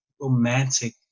romantic